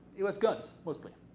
it was guns mostly.